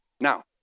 Now